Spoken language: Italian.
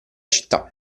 città